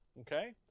Okay